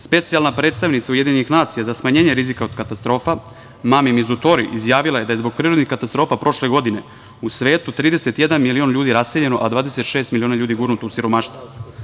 Specijalna predstavnica UN za smanjenje rizika od katastrofa Mami Mizutori izjavila je da je zbog prirodnih katastrofa prošle godine u svetu 31 milion ljudi raseljeno, a 26 miliona ljudi gurnuto u siromaštvo.